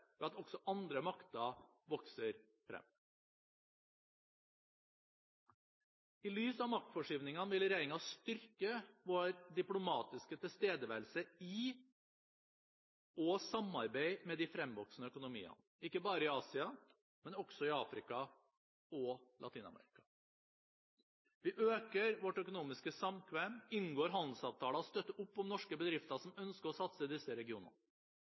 ved at også andre makter vokser frem. I lys av maktforskyvningen vil regjeringen styrke sin diplomatiske tilstedeværelse i og samarbeide med de fremvoksende økonomiene, ikke bare i Asia, men også i Afrika og Latin-Amerika. Vi øker vårt økonomiske samkvem, inngår handelsavtaler og støtter opp om norske bedrifter som ønsker å satse i disse regionene.